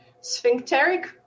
sphincteric